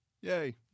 Yay